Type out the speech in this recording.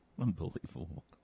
Unbelievable